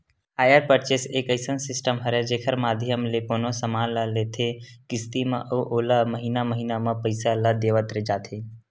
hire purchase एक अइसन system हरय जेखर माधियम ले कोनो समान ल लेथे किस्ती म अउ ओला महिना महिना म पइसा ल देवत जाथे